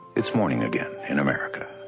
it's morning again in america.